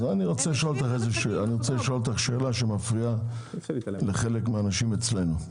אני רוצה לשאול אותך שאלה שמפריעה לחלק מהאנשים אצלנו.